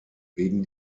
wegen